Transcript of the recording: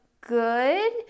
good